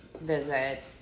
visit